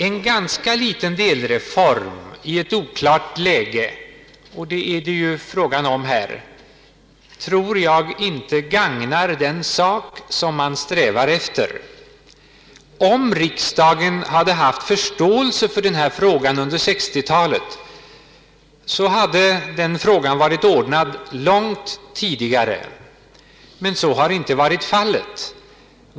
En ganska liten delreform i ett oklart läge — och det är det ju fråga om här — tror jag inte gagnar den sak som man strävar efter. Om riksdagen hade haft förståel se för denna fråga under 1960-talet, så hade den varit ordnad långt tidigare. Så har emellertid inte varit fallet.